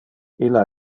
illa